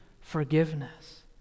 forgiveness